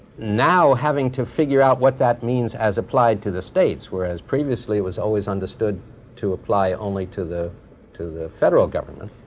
now, having to figure out what that means as applied to the states, whereas previously it was always understood to apply only to the to the federal government.